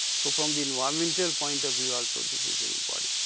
so, from the environmental point of view also, this is very important.